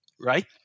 right